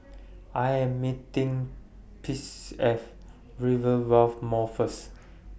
I Am meeting At Rivervale Mall First